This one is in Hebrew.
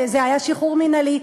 זה היה שחרור מינהלי,